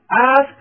ask